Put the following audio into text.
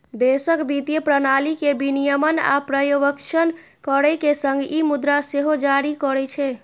देशक वित्तीय प्रणाली के विनियमन आ पर्यवेक्षण करै के संग ई मुद्रा सेहो जारी करै छै